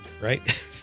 right